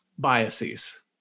biases